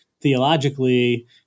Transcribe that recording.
theologically